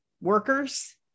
workers